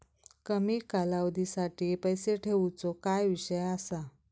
कमी कालावधीसाठी पैसे ठेऊचो काय विषय असा?